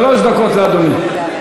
שלוש דקות לאדוני.